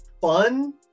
Fun